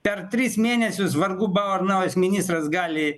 per tris mėnesius vargu bau ar naujas ministras gali